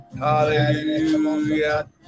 Hallelujah